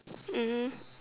mmhmm